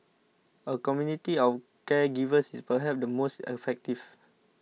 a community of caregivers is perhaps the most effective